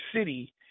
City